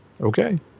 Okay